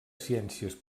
ciències